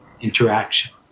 interaction